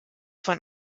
von